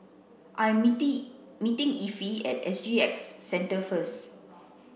I'm meet meeting Effie at S G X Centre first